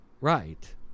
Right